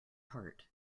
heart